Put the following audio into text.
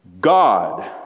God